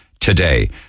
today